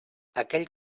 aquell